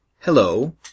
Hello